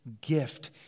gift